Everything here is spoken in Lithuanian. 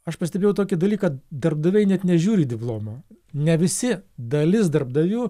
aš pastebėjau tokį dalyką darbdaviai net nežiūri į diplomą ne visi dalis darbdavių